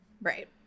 Right